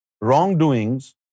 wrongdoings